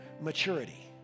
maturity